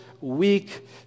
weak